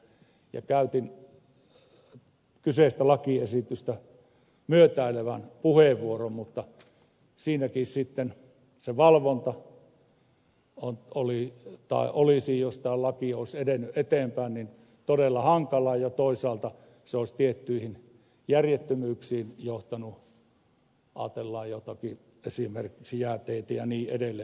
käytin kyseistä lakiesitystä myötäilevän puheenvuoron mutta siinäkin sitten se valvonta olisi jos tämä laki olisi edennyt eteenpäin todella hankalaa ja toisaalta se olisi tiettyihin järjettömyyksiin johtanut ajatellaanpa esimerkiksi jääteitä ja niin edelleen